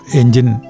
engine